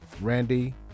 Randy